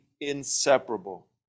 inseparable